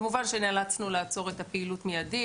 כמובן שנאלצנו לעצור את הפעילות מיידית,